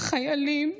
החיילים,